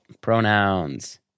Pronouns